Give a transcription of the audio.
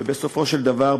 ובסופו של דבר,